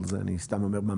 אבל אני סתם אומר.